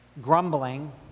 Grumbling